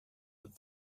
but